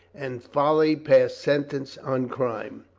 and folly pass sentence on crime.